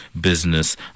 business